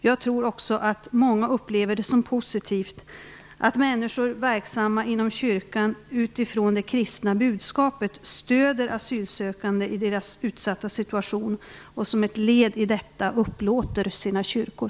Jag tror också att många upplever det som positivt att människor verksamma inom kyrkan utifrån det kristna budskapet stöder asylsökande i deras utsatta situation och som ett led i detta upplåter sina kyrkor.